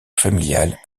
familiale